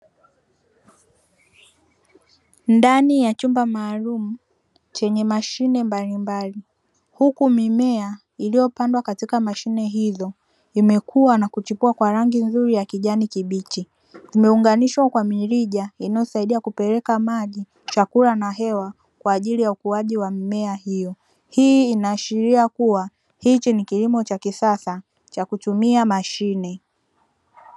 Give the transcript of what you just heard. Ndani ya chumba maalumu chenye mashine mbalimbali, huku mimea iliyopandwa katika mashine hizo imekua na kuchipua kwa rangi nzuri ya kijani kibichi; imeunganishwa kwa mirija inayosaidia kupeleka maji chakula na hewa kwaajili ya ukuaji wa mimea hiyo. Hii inaashiria kuwa hichi ni kilimo cha kisasa cha kutumia mashine.